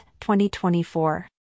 2024